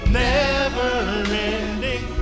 never-ending